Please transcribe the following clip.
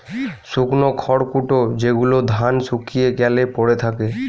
শুকনো খড়কুটো যেগুলো ধান শুকিয়ে গ্যালে পড়ে থাকে